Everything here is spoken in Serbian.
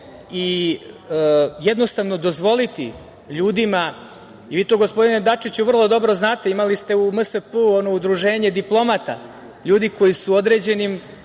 i jednostavno dozvoliti ljudima i vi to gospodine Dačiću vrlo dobro znate, imali ste u MSP-u ono Udruženje diplomata, ljudi koji su u određenim